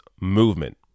movement